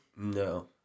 No